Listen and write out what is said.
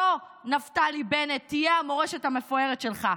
זו, נפתלי בנט, תהיה המורשת המפוארת שלך.